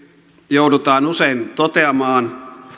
joudutaan usein toteamaan